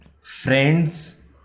friends